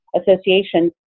Association